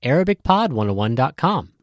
ArabicPod101.com